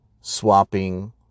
swapping